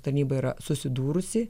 tarnyba yra susidūrusi